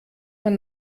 man